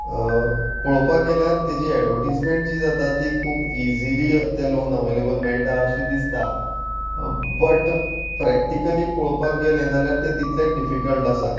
पळोवपाक गेल्यार ताची एडवर्टिझमँट जी जाता ती खूब इझिली ते लोन अवेलेबल मेळटा अशें दिसता बट प्रॅक्टिकली पळोवपाक गेलें जाल्यार तें तितलेंच डिफिकल्ट आसा